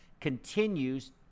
continues